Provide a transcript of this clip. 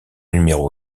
numéro